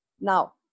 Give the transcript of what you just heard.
now